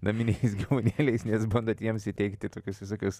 naminiais gyvūnėliais nes bandot jiems įteigti tokius visokius